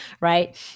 right